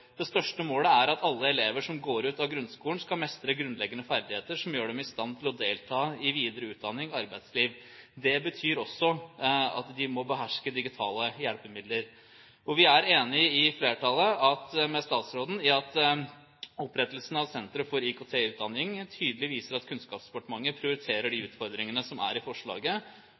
Det største målet er at alle elever som går ut av grunnskolen, skal mestre grunnleggende ferdigheter som gjør dem i stand til å delta i videre utdanning og arbeidsliv. Det betyr også at de må beherske digitale hjelpemidler. Flertallet er enig med statsråden i at opprettelsen av Senter for IKT i utdanningen tydelig viser at Kunnskapsdepartementet prioriterer de utfordringene som er i forslaget,